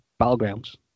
Battlegrounds